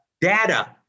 data